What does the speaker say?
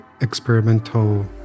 experimental